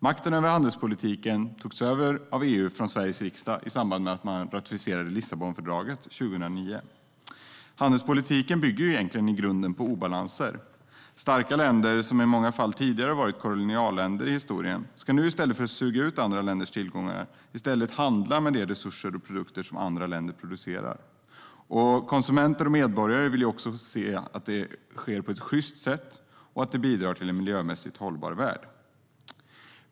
Makten över handelspolitiken togs över av EU från Sveriges riksdag i samband med att Lissabonfördraget ratificerades 2009. Handelspolitiken bygger i grunden på obalanser. Starka länder, som i många fall tidigare har varit kolonialländer i historien, ska nu, i stället för att suga ut andra länders tillgångar, handla med de resurser och produkter som andra länder producerar. Konsumenter och medborgare vill också att det ska ske på ett sjyst sätt och att det bidrar till en miljömässigt hållbar värld.